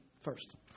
first